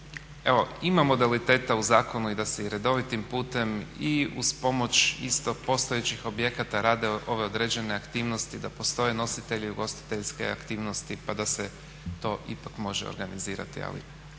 evo ima modaliteta u zakonu i da se redovitim putem i uz pomoć isto postojećih objekata rade ove određene aktivnosti, da postoje nositelji ugostiteljske aktivnosti pa da se to ipak može organizirati.